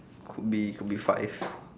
could be could be five